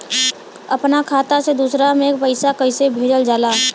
अपना खाता से दूसरा में पैसा कईसे भेजल जाला?